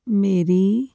ਮੇਰੀ